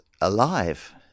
alive